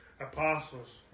apostles